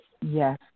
Yes